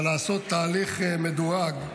אבל לעשות תהליך מדורג,